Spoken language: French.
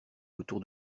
autour